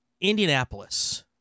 Indianapolis